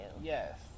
Yes